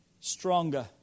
stronger